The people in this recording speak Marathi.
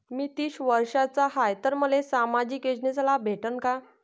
मी तीस वर्षाचा हाय तर मले सामाजिक योजनेचा लाभ भेटन का?